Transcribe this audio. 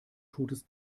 totes